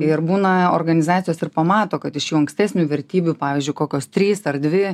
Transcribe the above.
ir būna organizacijos ir pamato kad iš jau ankstesnių vertybių pavyzdžiui kokios trys ar dvi